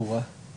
זה מחסן של בניין.